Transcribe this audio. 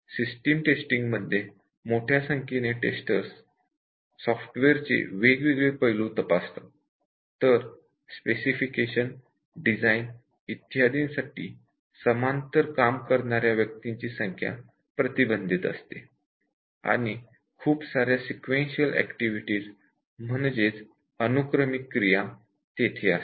system testing मध्ये मोठ्या संख्येने टेस्टर्स सॉफ्टवेअरचे वेगवेगळे पैलू तपासतात तर स्पेसिफिकेशन डिझाईन इत्यादीसाठी समांतर काम करणाऱ्या व्यक्तींची संख्या प्रतिबंधित असते आणि खूप सार्या सिक़वेन्शियल ऍक्टिव्हिटीज तेथे असतात